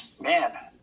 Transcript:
Man